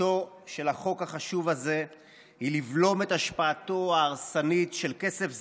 תכליתו של החוק החשוב הזה היא לבלום את השפעתו ההרסנית של כסף זר,